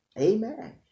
Amen